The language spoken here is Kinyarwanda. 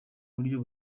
buryo